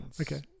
Okay